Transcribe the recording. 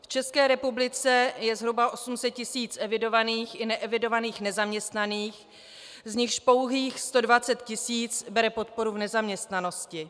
V České republice je zhruba 800 tisíc evidovaných i neevidovaných nezaměstnaných, z nichž pouhých 120 tisíc bere podporu v nezaměstnanosti.